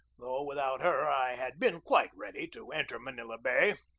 though without her i had been quite ready to enter manila bay.